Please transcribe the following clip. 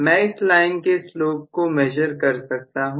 मैं इस लाइन के स्लोप को मेजर कर सकता हूं